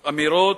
לאמירות,